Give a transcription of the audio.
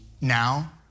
Now